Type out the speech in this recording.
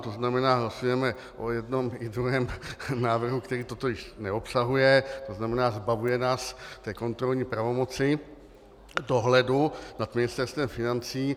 To znamená, hlasujeme o jednom i druhém návrhu, který toto již neobsahuje, to znamená, zbavuje nás té kontrolní pravomoci dohledu nad Ministerstvem financí.